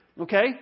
Okay